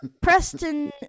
Preston